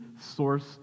source